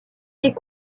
est